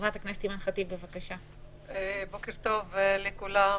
בוקר טוב לכולם.